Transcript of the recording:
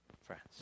friends